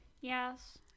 Yes